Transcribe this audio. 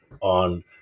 on